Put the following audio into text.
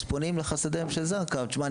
אז פונים לחסדיהם של זק"א ואומרים תשמע,